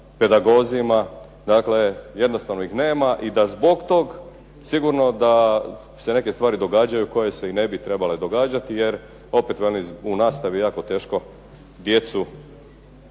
pedagozima, dakle jednostavno ih nema i da zbog tog sigurno da se neke stvari događaju koje se i ne bi trebale događati jer opet velim, u nastavi je jako teško djecu